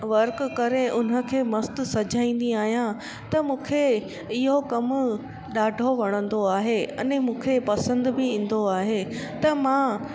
work करे हुन खे मस्तु सजाईंदी आहियां त मूंखे इहो कमु ॾाढो वणंदो आहे अने मूंखे पसंदि बि ईंदो आहे त मां